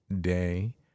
day